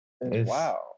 Wow